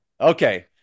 Okay